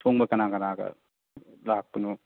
ꯁꯣꯝꯒ ꯀꯅꯥ ꯀꯅꯥꯒ ꯂꯥꯛꯄꯅꯣ